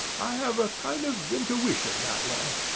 i have a kind of intuition that way.